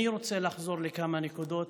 אני רוצה לחזור לכמה נקודות